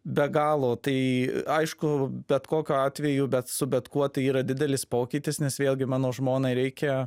be galo tai aišku bet kokiu atveju bet su bet kuo tai yra didelis pokytis nes vėlgi mano žmonai reikia